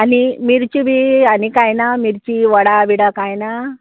आनी मिरच्यो बी आनी कांय ना मिरची वडा बिडा कांय ना